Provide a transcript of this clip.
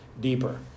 deeper